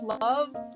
love